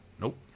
Nope